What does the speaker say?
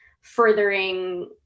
furthering